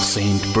Saint